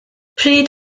pryd